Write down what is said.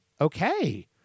okay